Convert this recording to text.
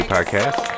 Podcast